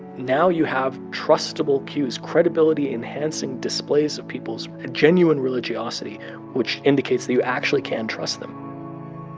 now you have trustable cues, credibility-enhancing displays of people's genuine religiosity which indicates that you actually can trust them